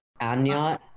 Anya